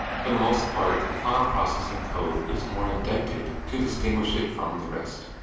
for the most part, the file processing code is more indented to distinguish it from the rest.